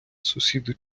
сусіди